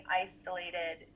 isolated